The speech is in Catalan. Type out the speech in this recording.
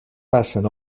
passen